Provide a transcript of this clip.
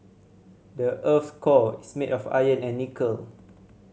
the earth's core is made of iron and nickel